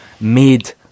made